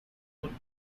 would